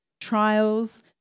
trials